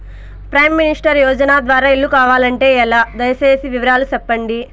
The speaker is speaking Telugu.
ప్రైమ్ మినిస్టర్ యోజన ద్వారా ఇల్లు కావాలంటే ఎలా? దయ సేసి వివరాలు సెప్పండి?